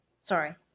sorry